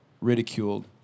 ridiculed